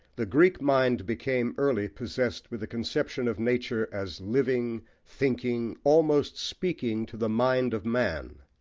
the greek mind became early possessed with the conception of nature as living, thinking, almost speaking to the mind of man.